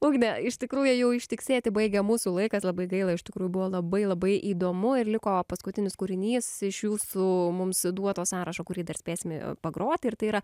ugne iš tikrųja jau ištiksėti baigia mūsų laikas labai gaila iš tikrųjų buvo labai labai įdomu ir liko paskutinis kūrinys iš jūsų mums duoto sąrašo kurį dar spėsime pagroti ir tai yra